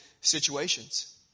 situations